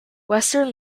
western